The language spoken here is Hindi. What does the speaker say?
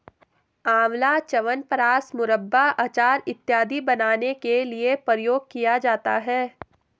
आंवला च्यवनप्राश, मुरब्बा, अचार इत्यादि बनाने के लिए प्रयोग किया जाता है